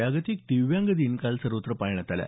जागतिक दिव्यांग दिन काल सर्वत्र पाळण्यात आला